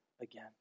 again